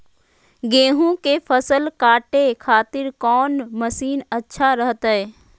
गेहूं के फसल काटे खातिर कौन मसीन अच्छा रहतय?